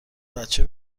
بچه